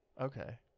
Okay